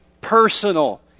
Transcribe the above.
personal